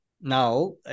Now